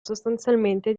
sostanzialmente